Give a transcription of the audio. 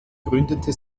gründete